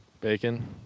Bacon